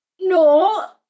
No